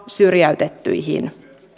syrjäytettyihin